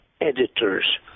editors